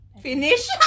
Finish